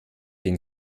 den